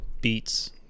beats